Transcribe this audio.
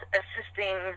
assisting